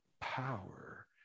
power